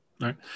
right